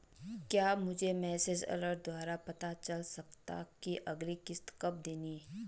क्या मुझे message alert द्वारा पता चल सकता कि अगली किश्त कब देनी है?